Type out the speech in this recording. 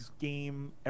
game